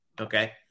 okay